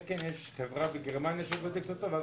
חושבת כי אני מכיר טכנולוגיות הולכות